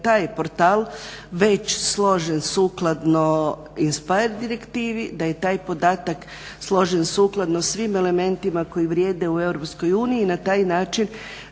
taj portal već složen sukladno INSPIRE direktivi, da je taj podatak složen sukladno svim elementima koji vrijede u EU. Na taj način